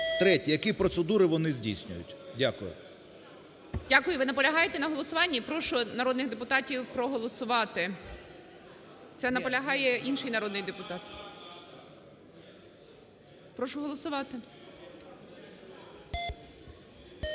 третє, які процедури вони здійснюють. Дякую. ГОЛОВУЮЧИЙ. Дякую. Ви наполягаєте на голосуванні? Прошу народних депутатів проголосувати, це наполягає інший народний депутат. Прошу голосувати.